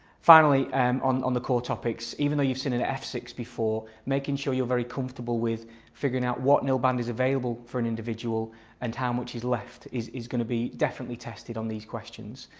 finally on on the core topics, even though you've seen it at f six before making sure you're very comfortable with figuring out what nil band is available for an individual and how much is left is is going to be definitely tested on these questions.